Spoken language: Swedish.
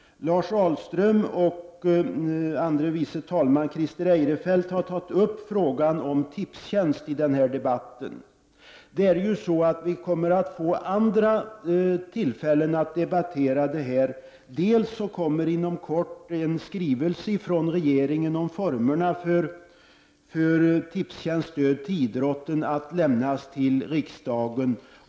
Lars Ahlström och andre vice talman Christer Eirefelt har tagit upp frågan om Tipstjänst i denna debatt. Vi kommer att få andra tillfällen att debattera den frågan. Inom kort kommer en skrivelse från regeringen om formerna för Tipstjänsts stöd till idrotten att lämnas till riksdagen.